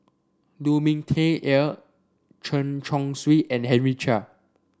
Lu Ming Teh Earl Chen Chong Swee and Henry Chia